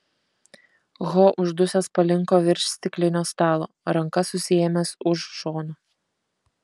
ho uždusęs palinko virš stiklinio stalo ranka susiėmęs už šono